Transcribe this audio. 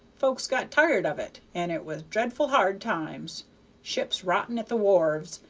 folks got tired of it, and it was dreadful hard times ships rotting at the wharves,